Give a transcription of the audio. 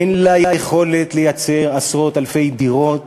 אין לה יכולת לייצר עשרות אלפי דירות